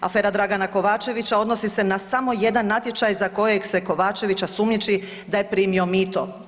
Afera Dragana Kovačevića odnosi se na samo jedan natječaj za kojeg se Kovačevića sumnjiči da je primio mito.